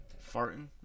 Farting